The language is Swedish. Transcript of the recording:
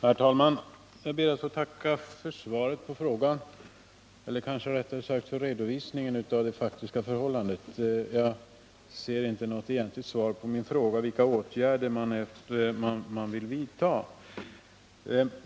Herr talman! Jag ber att få tacka för svaret på frågan eller kanske rättare sagt för redovisningen av det faktiska förhållandet. Jag ser dock där inte något egentligt svar på min fråga om vilka åtgärder man vill vidta.